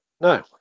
no